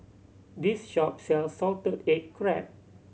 this shop sells salted egg crab